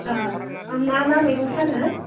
मा मा मैगं फानो